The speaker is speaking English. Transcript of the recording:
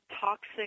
toxic